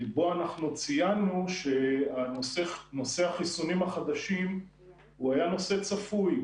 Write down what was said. אנחנו ציינו שנושא החיסונים החדשים היה נושא צפוי.